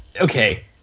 Okay